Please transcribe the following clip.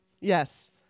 Yes